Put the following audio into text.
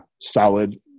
solid